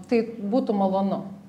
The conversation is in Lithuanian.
tai būtų malonu